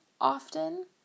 often